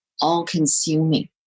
all-consuming